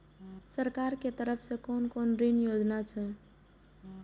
सरकार के तरफ से कोन कोन ऋण योजना छै?